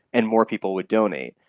and more people would donate.